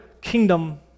kingdom